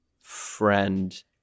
friend